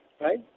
right